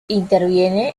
interviene